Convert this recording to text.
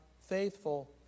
faithful